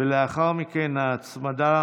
ולאחר מכן ההצמדה,